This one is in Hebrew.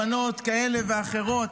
יש הבנות כאלה ואחרות.